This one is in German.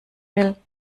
will